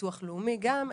וביטוח לאומי גם,